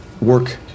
work